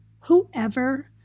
whoever